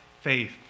faith